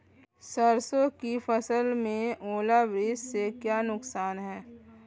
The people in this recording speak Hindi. सरसों की फसल में ओलावृष्टि से क्या नुकसान है?